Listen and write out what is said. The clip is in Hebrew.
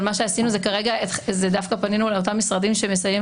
אבל כרגע דווקא פנינו לאותם משרדים שמסייעים